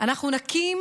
אנחנו נקים